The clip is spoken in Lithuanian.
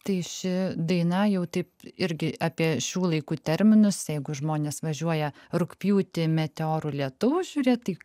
tai ši daina jau taip irgi apie šių laikų terminus jeigu žmonės važiuoja rugpjūtį meteorų lietaus žiūrėt tai